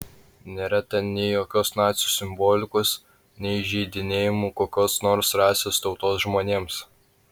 nėra ten nei jokios nacių simbolikos nei įžeidinėjimų kokios nors rasės tautos žmonėms